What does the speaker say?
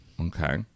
Okay